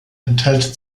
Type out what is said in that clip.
enthält